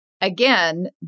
again